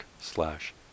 slash